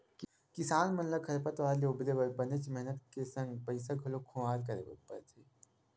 किसान मन ल खरपतवार ले उबरे बर बनेच मेहनत के संग पइसा घलोक खुवार करे बर परथे